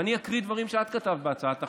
ואני אקריא דברים שאת כתבת בהצעת החוק,